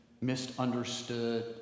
misunderstood